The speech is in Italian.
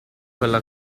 quella